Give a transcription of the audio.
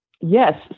Yes